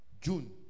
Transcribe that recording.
June